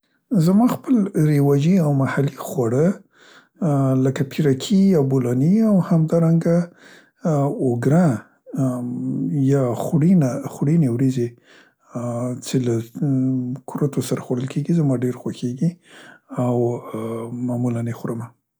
زما خپل رواجي او محلي خواړه لکه پیرکي یا بولاني او همدارنګه اوګره، یا خوړینه خوړینې وریژې چې له ا، کورته سره خوړل کیګي زما ډیر خوښیګې او معمولاً یې خورمه.